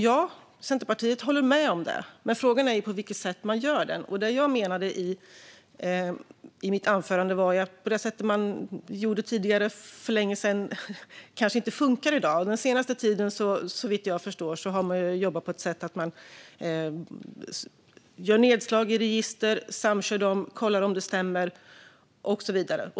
Ja, Centerpartiet håller med om det, men frågan är på vilket sätt man gör den. Det som jag menade i mitt anförande var att det sätt som man gjorde det på tidigare, för länge sedan, kanske inte funkar i dag. Den senaste tiden har man, såvitt jag förstår, jobbat på det sättet att man gör nedslag i register, samkör dem, kollar om det stämmer och så vidare.